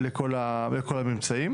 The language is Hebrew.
לכל הממצאים.